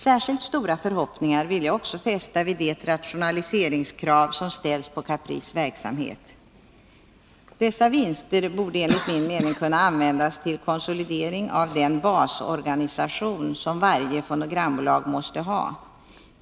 Särskilt stora förhoppningar vill jag också fästa vid det rationaliseringskrav som ställs på Caprices verksamhet. Dessa vinster borde enligt min mening kunna användas till konsolidering av den basorganisation som varje fonogrambolag måste ha.